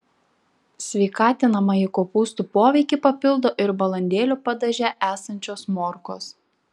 sveikatinamąjį kopūstų poveikį papildo ir balandėlių padaže esančios morkos